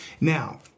Now